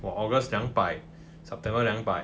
for august 两百 september 两百